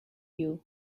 view